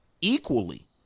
equally